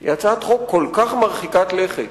היא הצעת חוק כל כך מרחיקת לכת,